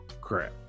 crap